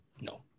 No